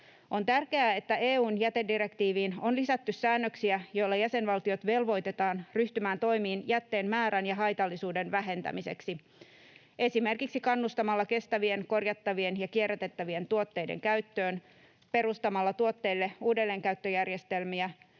On tärkeää, että EU:n jätedirektiiviin on lisätty säännöksiä, joilla jäsenvaltiot velvoitetaan ryhtymään toimiin jätteen määrän ja haitallisuuden vähentämiseksi esimerkiksi kannustamalla kestävien, korjattavien ja kierrätettävien tuotteiden käyttöön perustamalla tuotteille uudelleenkäyttöjärjestelmiä